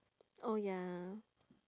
oh ya